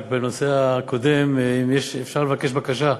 רק, בנושא הקודם, אם יש, אפשר לבקש בקשה,